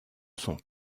sont